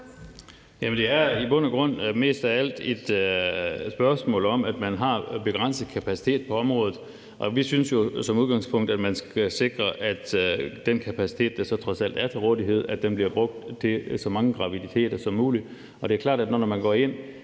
Det er i bund og grund og mest af alt et spørgsmål om, at man har en begrænset kapacitet på området. Vi synes jo som udgangspunkt, at man skal sikre, at den kapacitet, der så trods alt er til rådighed, bliver brugt til så mange graviditeter som muligt, og det er jo klart, at det, når man går ind